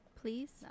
please